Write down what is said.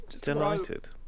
Delighted